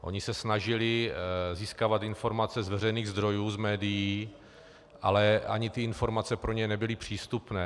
Oni se snažili získávat informace z veřejných zdrojů, z médií, ale ani ty informace pro ně nebyly přístupné.